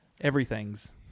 everything's